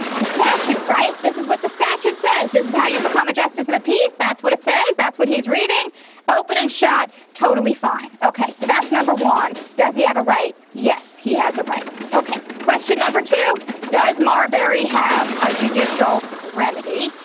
the statute, right? this is what the statute says this is how you become a justice of the peace. that's what it says. that's what he's reading open and shut. totally fine. okay so that's number one. does he have a right? yes he has a right. okay, question number two does marbury have a judicial remedy?